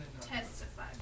testify